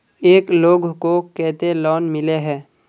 एक लोग को केते लोन मिले है?